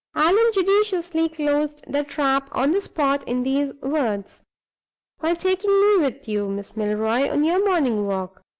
allan judiciously closed the trap on the spot in these words by taking me with you, miss milroy, on your morning walk.